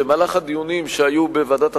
במהלך הדיונים שהיו בוועדת החוקה,